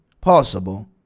possible